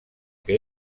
que